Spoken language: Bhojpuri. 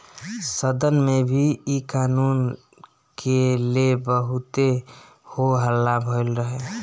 सदन में भी इ कानून के ले बहुते हो हल्ला भईल रहे